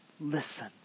listen